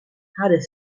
hadden